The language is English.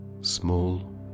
small